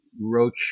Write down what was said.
Roach